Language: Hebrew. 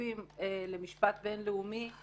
וחשופים למשפט בין-לאומי;